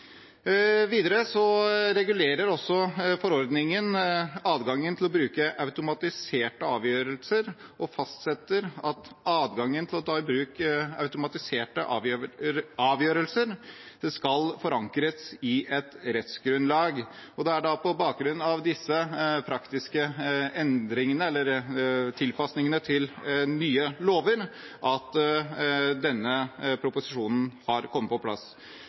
Videre regulerer også forordningen adgangen til å bruke automatiserte avgjørelser og fastsetter at adgangen til å ta i bruk automatiserte avgjørelser skal forankres i et rettsgrunnlag. Det er på bakgrunn av disse praktiske endringene eller tilpasningene til nye lover at denne proposisjonen har kommet på plass.